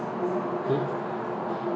hmm